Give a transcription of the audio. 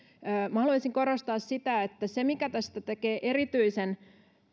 haluaisin korostaa sitä että se mikä tästä tekee erityisen